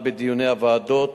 בכלל לא זוכה לתשומת